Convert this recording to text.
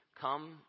come